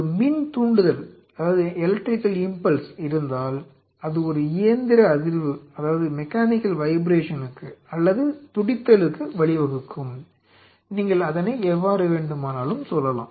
ஒரு மின் தூண்டுதல் இருந்தால் அது ஒரு இயந்திர அதிர்வு அல்லது துடித்தலுக்கு வழிவகுக்கும் நீங்கள் அதனை எவ்வாறு வேண்டுமானாலும் சொல்லலாம்